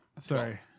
Sorry